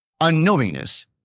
unknowingness